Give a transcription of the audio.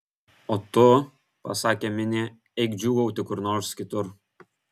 o tu pasakė minė eik džiūgauti kur nors kitur